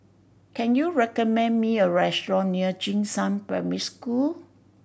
can you recommend me a restaurant near Jing Shan Primary School